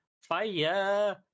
Fire